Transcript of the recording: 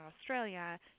Australia